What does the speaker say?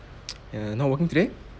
ya not working today